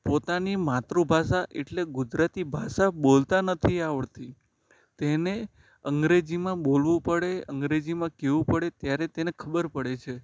પોતાની માતૃભાષા એટલે ગુજરાતી ભાષા બોલતા નથી આવડતી તેને અંગ્રેજીમાં બોલવું પડે અંગ્રેજીમાં કહેવું પડે ત્યારે તેને ખબર પડે છે